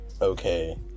okay